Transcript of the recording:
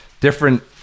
different